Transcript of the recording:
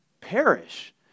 perish